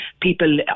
people